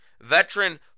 Veteran